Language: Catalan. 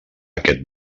aquest